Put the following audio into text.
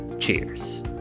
Cheers